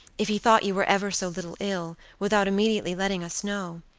if he thought you were ever so little ill, without immediately letting us know.